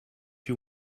you